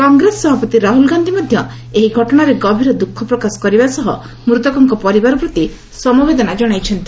କଂଗ୍ରେସ ସଭାପତି ରାହ୍ରଲ୍ ଗାନ୍ଧୀ ମଧ୍ୟ ଏହି ଘଟଣାରେ ଗଭୀର ଦ୍ରଃଖ ପ୍ରକାଶ କରିବା ସହ ମୃତକ ପରିବାର ପ୍ରତି ସମବେଦନା ଜଣାଇଛନ୍ତି